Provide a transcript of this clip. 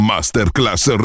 Masterclass